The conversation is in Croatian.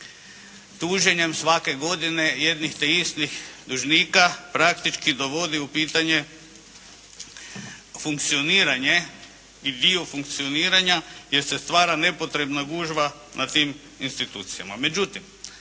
tuženjem svake godine jednih te istih dužnika praktički dovodi u pitanje funkcioniranje i dio funkcioniranja gdje se stvara nepotrebna gužva na tim institucijama.